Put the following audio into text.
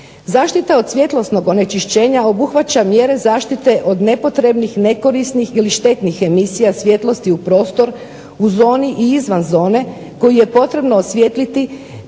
Zaštita od svjetlosnog onečišćenja obuhvaća mjere zaštite od nepotrebnih, nekorisnih ili štetnih emisija svjetlosti u prostor, u zoni i izvan zone koju je potrebno osvijetliti,